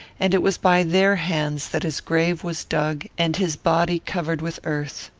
and it was by their hands that his grave was dug and his body covered with earth.